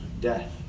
death